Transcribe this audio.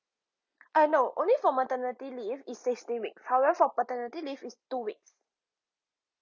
ah no only for maternity leave is sixteen week however for paternity leave it's two weeks